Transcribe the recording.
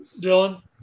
Dylan